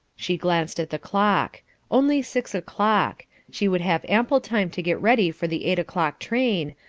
she glanced at the clock only six o'clock she would have ample time to get ready for the eight o'clock train,